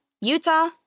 Utah